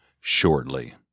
shortly